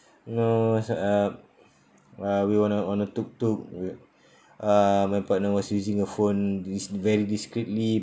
no s~ uh while we were on a on a tuk-tuk we uh my partner was using a phone dis~ very discreetly